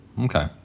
Okay